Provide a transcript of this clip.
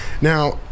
Now